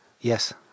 Yes